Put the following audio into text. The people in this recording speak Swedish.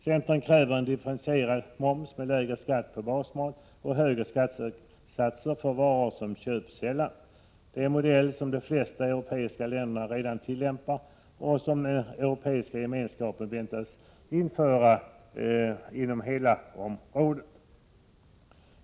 Centern kräver en differentierad moms med lägre skatt på basmat och högre skattesatser för varor som köps sällan. Detta är en modell som de flesta europeiska länder redan tillämpar och som den Europeiska gemenskapen väntas införa på hela området.